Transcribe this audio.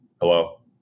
hello